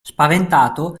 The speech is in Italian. spaventato